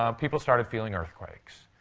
um people started feeling earthquakes.